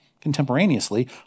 contemporaneously